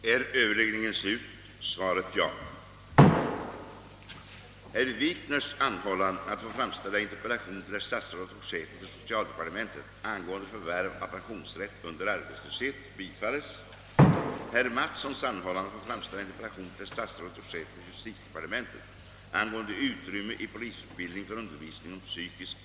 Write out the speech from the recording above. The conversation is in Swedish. Herr talman! Eftersom TV och radio är samhällets medel för distribution av nyheter, kultur, underhållning m.m. borde tittare och lyssnare vara garanterade att programinslag som sårar anständighet och god ton icke förekommer. Denna rättmätiga förväntan har i regel väl beaktats, men under de se naste månaderna har ett par grova övertramp gjorts. I det senaste fallet tycks fadäsen dess värre vara helt avsiktlig av både programmakare och aktörer, eftersom programmet i fråga bandats.